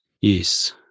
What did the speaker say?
Yes